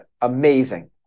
amazing